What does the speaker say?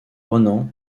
renan